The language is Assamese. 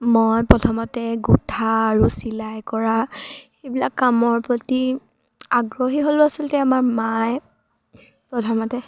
মই প্ৰথমতে গোঠা আৰু চিলাই কৰা এইবিলাক কামৰ প্ৰতি আগ্ৰহী হ'লো আচলতে আমাৰ মায়ে প্ৰথমতে